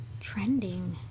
trending